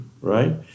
Right